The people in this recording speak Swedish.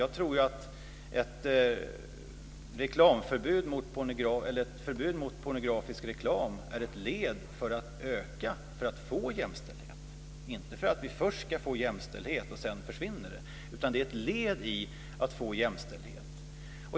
Jag tror ju att ett förbud mot pornografisk reklam är ett led i arbetet för att få jämställdhet - alltså inte att vi först ska få jämställdhet och sedan försvinner det här utan att det är ett led i att få jämställdhet.